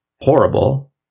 horrible